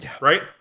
right